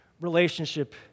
relationship